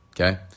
Okay